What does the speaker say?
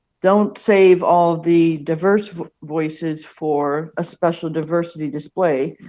don't save all of the diverse voices for a special diversity display.